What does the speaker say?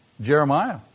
Jeremiah